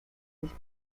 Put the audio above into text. sich